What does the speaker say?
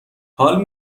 حال